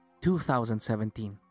2017